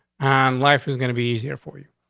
and life is gonna be easier for you.